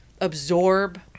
absorb